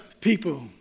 people